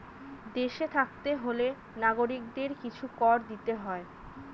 দেশে থাকতে হলে নাগরিকদের কিছু কর দিতে হয়